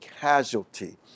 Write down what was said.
casualty